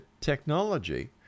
technology